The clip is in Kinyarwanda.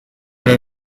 yari